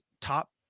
top